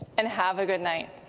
and have a good night.